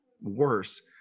worse